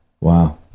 Wow